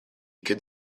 could